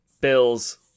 Bills